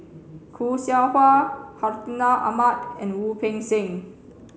Khoo Seow Hwa Hartinah Ahmad and Wu Peng Seng